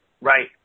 Right